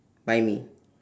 buy me